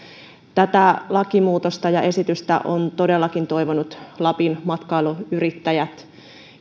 tätä lakimuutosta ja esitystä ovat todellakin toivoneet lapin matkailuyrittäjät